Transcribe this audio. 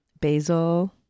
Basil